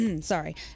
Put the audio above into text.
sorry